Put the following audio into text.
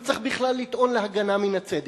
הוא צריך בכלל לטעון להגנה מן הצדק.